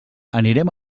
anirem